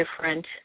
different